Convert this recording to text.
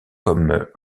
comme